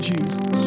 Jesus